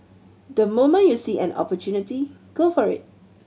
the moment you see an opportunity go for it